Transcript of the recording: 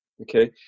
okay